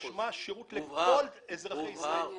משמע: שירות לכל אזרחי ישראל.